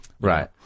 Right